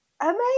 amazing